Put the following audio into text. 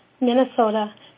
Minnesota